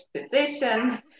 position